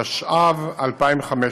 התשע"ו 2015,